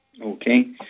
Okay